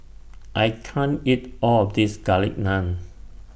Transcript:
I can't eat All of This Garlic Naan